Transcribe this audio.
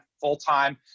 full-time